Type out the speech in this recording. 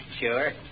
Sure